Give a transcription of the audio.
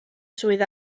swydd